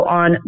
on